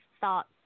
thoughts